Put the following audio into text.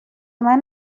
منو